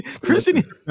Christian